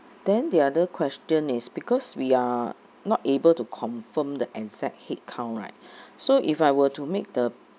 then the other question is because we are not able to confirm the exact headcount right so if I were to make the